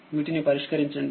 వీటిని పరిష్కరించండి